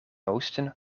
oosten